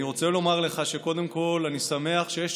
אני רוצה לומר לך שקודם כול אני שמח שיש